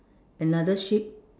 another sheep